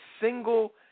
single